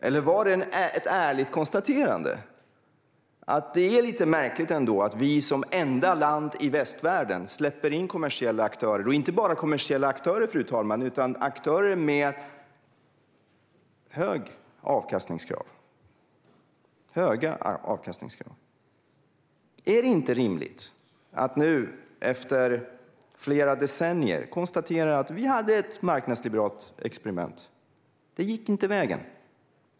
Eller var det ett ärligt konstaterande av att det ändå är lite märkligt att Sverige som enda land i västvärlden släpper in kommersiella aktörer? Och det är inte bara kommersiella aktörer, fru talman, utan aktörer med höga avkastningskrav? Är det inte rimligt att nu, efter flera decennier, konstatera att vi hade ett marknadsliberalt experiment men att det inte gick vägen?